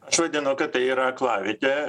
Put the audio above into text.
aš vadinu kad tai yra aklavietė